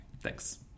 Thanks